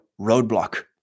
roadblock